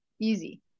easy